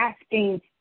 asking